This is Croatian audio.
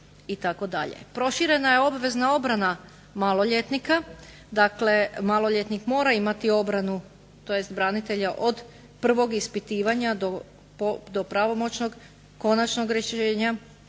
Proširena je obvezna obrana maloljetnika. Dakle, maloljetnik mora imati obranu, tj. branitelja od prvog ispitivanja do pravomoćnog, konačnog rješenja,